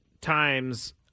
times